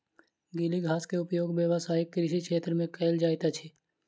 गीली घास के उपयोग व्यावसायिक कृषि क्षेत्र में कयल जाइत अछि